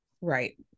right